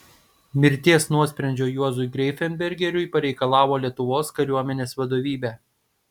mirties nuosprendžio juozui greifenbergeriui pareikalavo lietuvos kariuomenės vadovybė